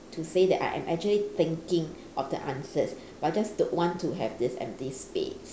to say that I am actually thinking of the answers but I just don't want to have this empty space